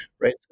right